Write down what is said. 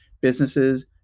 businesses